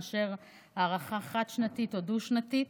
מאשר להארכה חד-שנתית או דו-שנתית.